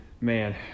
Man